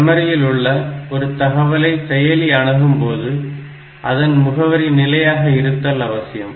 மெமரியில் உள்ள ஒரு தகவலை செயலி அணுகும்போது அதன் முகவரி நிலையாக இருத்தல் அவசியம்